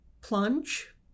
plunge